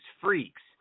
freaks